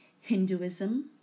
Hinduism